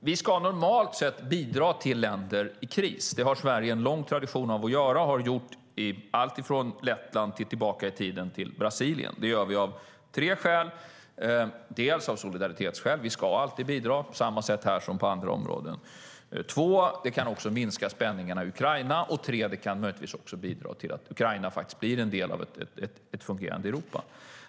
Vi ska normalt sett bidra till länder i kris. Det har Sverige en lång tradition av att göra. Det har vi också gjort alltifrån i Lettland och i, tillbaka i tiden, Brasilien. Vi gör detta av tre skäl. Det gäller först solidaritetsskäl. Vi ska alltid bidra på samma sätt här som på andra områden. Det andra är att det alltid kan minska spänningarna, och det tredje är att det möjligtvis kan bidra till Ukraina faktiskt blir en del av ett fungerande Europa.